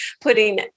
putting